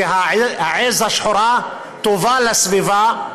שהעז השחורה טובה לסביבה.